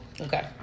Okay